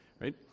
Right